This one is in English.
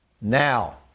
now